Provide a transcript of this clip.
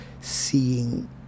seeing